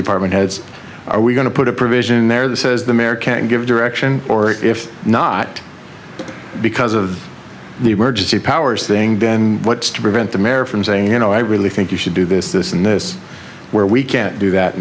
department heads are we going to put a provision in there that says the mare can't give direction or if not because of the emergency powers thing then what's to prevent the mayor from saying you know i really think you should do this this and this where we can't do that